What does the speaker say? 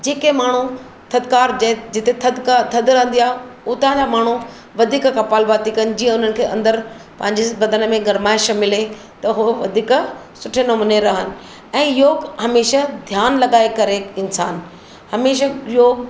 जेके माण्हू थधिकार जी जिते थधिका थधि रहंदी आहे उतां जा माण्हू वधीक कपालभाति कनि जीअं उन्हनि खे अंदरि पंहिंजे बदन में गर्माइश मिले त हू वधीक सुठे नमूने रहनि ऐं योगु हमेशा ध्यानु लॻाए करे इंसानु हमेशा योगु